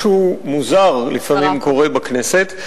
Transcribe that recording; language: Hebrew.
משהו מוזר לפעמים קורה בכנסת.